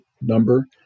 number